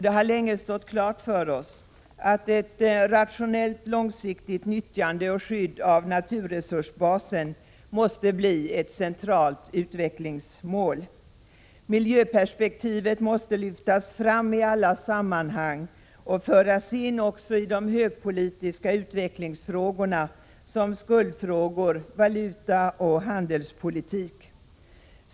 Det har länge stått klart för oss att ett rationellt, långsiktigt nyttjande och skydd av naturresursbasen måste bli ett centralt utvecklingsmål. Miljöperspektivet måste lyftas fram i alla sammanhang och föras in också i de högpolitiska utvecklingsfrågorna, såsom skuldfrågorna samt valutaoch handelspolitik.